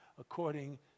according